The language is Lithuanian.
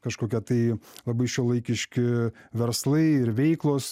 kažkokie tai labai šiuolaikiški verslai ir veiklos